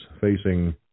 facing